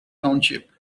township